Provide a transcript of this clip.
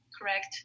correct